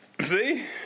See